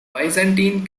byzantine